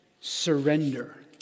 surrender